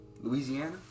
Louisiana